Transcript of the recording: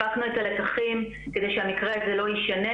הפקנו את הלקחים כדי שהמקרה הזה לא יישנה,